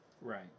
Right